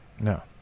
no